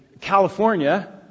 California